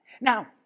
Now